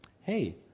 hey